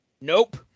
Nope